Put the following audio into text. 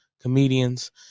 comedians